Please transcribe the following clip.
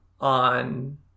On